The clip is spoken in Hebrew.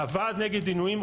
הוועד נגד עינויים,